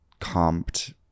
comped